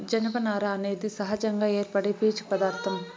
జనపనార అనేది సహజంగా ఏర్పడే పీచు పదార్ధం